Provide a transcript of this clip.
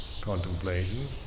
contemplation